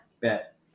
Bet